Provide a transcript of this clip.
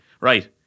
Right